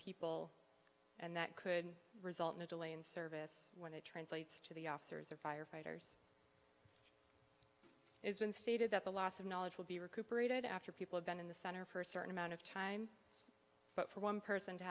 people and that could result in a delay in service when it translates to the officers or firefighters it's been stated that the loss of knowledge will be recuperated after people have been in the center for a certain amount of time but for one person to